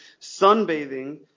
sunbathing